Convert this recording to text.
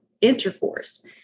intercourse